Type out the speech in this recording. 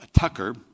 Tucker